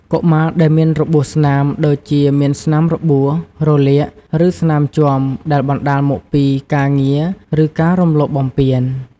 កុមារដែលមានរបួសស្នាម ដូចជាមានស្នាមរបួស រលាក ឬស្នាមជាំដែលបណ្ដាលមកពីការងារ ឬការរំលោភបំពាន។